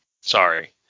Sorry